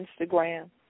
Instagram